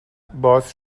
باز